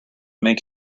make